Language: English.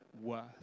worth